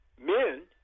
men